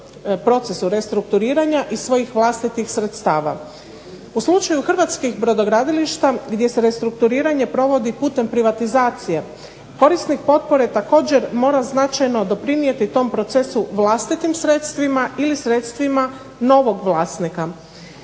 procesu restrukturiranja iz svojih vlastitih sredstava. U slučaju hrvatskih brodogradilišta gdje se restrukturiranje provodi putem privatizacije korisnik potpore također mora značajno doprinijeti tom procesu vlastitim sredstvima ili sredstvima novog vlasnika.